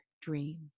dream